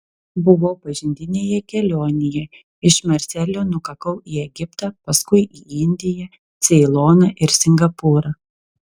buvau pažintinėje kelionėje iš marselio nukakau į egiptą paskui į indiją ceiloną ir singapūrą